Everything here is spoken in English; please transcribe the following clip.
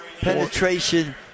Penetration